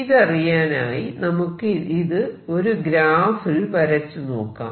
ഇതറിയാനായി നമുക്ക് ഇത് ഒരു ഗ്രാഫിൽ വരച്ചു നോക്കാം